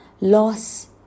loss